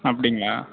அப்படிங்களா